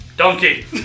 Donkey